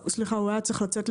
הוא נאלץ לצאת.